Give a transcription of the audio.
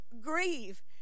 grieve